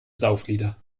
sauflieder